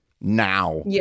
now